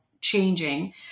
changing